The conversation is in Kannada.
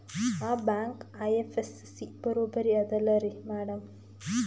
ಆ ಬ್ಯಾಂಕ ಐ.ಎಫ್.ಎಸ್.ಸಿ ಬರೊಬರಿ ಅದಲಾರಿ ಮ್ಯಾಡಂ?